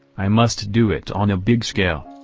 i must do it on a big scale.